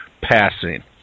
passing